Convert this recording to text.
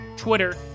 twitter